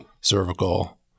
cervical